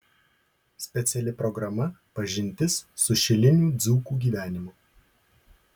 speciali programa pažintis su šilinių dzūkų gyvenimu